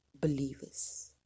believers